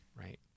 Right